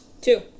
Two